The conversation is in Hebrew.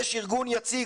יש ארגון יציג,